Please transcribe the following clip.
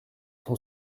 son